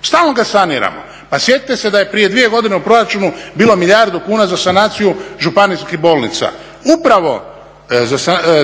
stalno ga saniramo, pa sjetite se da je prije dvije godine u proračunu bilo milijardu kuna za sanaciju županijskih bolnica. Upravo